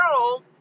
girl